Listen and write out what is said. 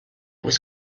was